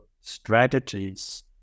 strategies